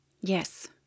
Yes